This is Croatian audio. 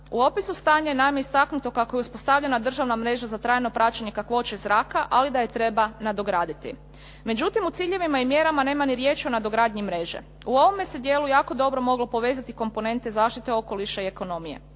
U opisu stanja je naime istaknuto kako je uspostavljena državna mreža za trajno praćenje kakvoće zraka, ali da je treba nadograditi. Međutim, u ciljevima i mjerama nema ni riječi o nadogradnji mreže. U ovome se dijelu jako dobro moglo povezati komponente zaštite okoliša i ekonomije.